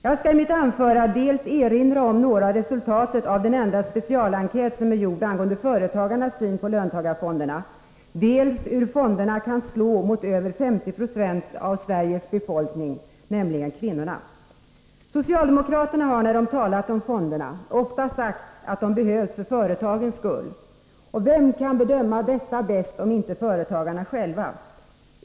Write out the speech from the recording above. Jag skall i mitt anförande dels erinra om några av resultaten i den enda specialenkät som är gjord angående företagarnas syn på löntagarfonderna, dels beröra hur fonderna kan slå mot över 50 90 av Sveriges befolkning, nämligen kvinnorna. Socialdemokraterna har när de talat om fonderna ofta sagt att fonderna behövs för företagens skull. Vilka kan bedöma detta bäst om inte företagarna själva?